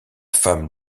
femme